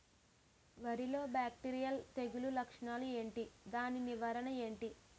వరి లో బ్యాక్టీరియల్ తెగులు లక్షణాలు ఏంటి? దాని నివారణ ఏంటి?